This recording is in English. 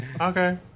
Okay